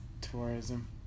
Tourism